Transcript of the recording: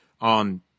on